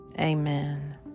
Amen